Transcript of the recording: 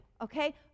okay